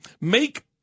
Make